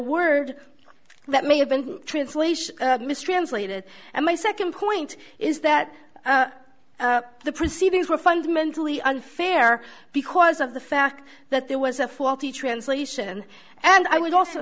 word that may have been translation mistranslated and my second point is that the proceedings were fundamentally unfair because of the fact that there was a faulty translation and i would also